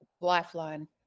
lifeline